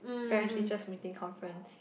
parents teachers meeting conference